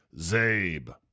Zabe